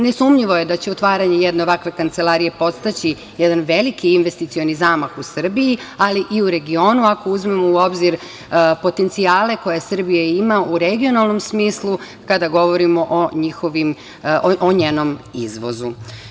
Nesumnjivo je će otvaranje jedne ovakve kancelarije podstaći jedan veliki investicioni zamak u Srbiji, ali i u regionu ako uzmemo u obzir potencijale koje Srbija ima u regionalnom smislu kada govorimo o njenom izvozu.